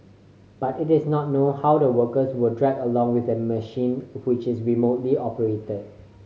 but it is not known how the worker were dragged along with the machine which is remotely operated